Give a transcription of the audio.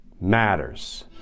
matters